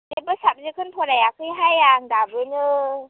जेबो साबजेक्टखौनो फरायाखैहाय आं दाबोनो